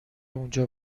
اونجا